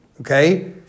Okay